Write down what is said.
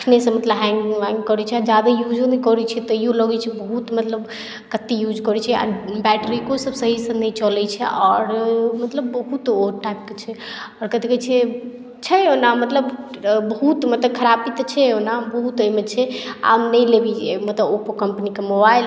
अखने सँ मतलब हैंग वैंग करै छै जादे युजो नहि करै छी तइयो लगै छै बहुत मतलब कते युज करै छै बैटरिको सभ सही से नहि चलै छै आओर मतलब बहुत ओ टाइप केँ छै आओर कथी कहै छै ओना बहुत मतलब बहुत खरापी तऽ छैहे ओना बहुत ओहिमे छै आब नहि लेबै ओप्पो कम्पनी केँ मोबाइल